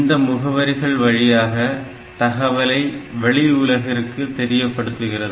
இந்த முகவரிகள் வழியாக தகவலை வெளி உலகிற்கு தெரியப்படுத்துகிறது